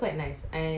where is it at